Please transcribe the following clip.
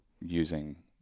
using